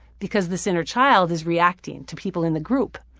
because this inner child is reacting to people in the group.